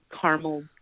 caramel